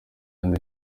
ane